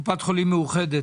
קופת חולים מאוחדת.